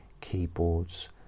keyboards